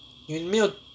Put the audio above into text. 你没有